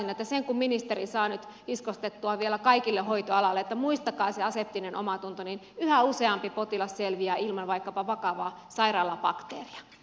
sen kun ministeri saa nyt iskostettua vielä kaikille hoitoalalla että muistakaa se aseptinen omatunto niin yhä useampi potilas selviää ilman vaikkapa vakavaa sairaalabakteeria